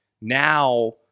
Now